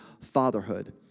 fatherhood